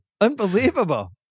Unbelievable